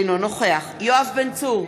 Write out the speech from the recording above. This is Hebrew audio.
אינו נוכח יואב בן צור,